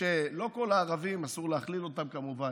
לא כל הערבים, אסור להכליל, כמובן,